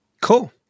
cool